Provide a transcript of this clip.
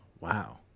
Wow